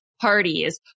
parties